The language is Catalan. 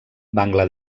bangla